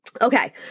Okay